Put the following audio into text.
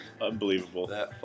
Unbelievable